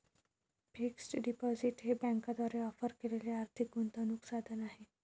fixed deposit हे बँकांद्वारे offer केलेले आर्थिक गुंतवणूक साधन आहे